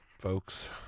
Folks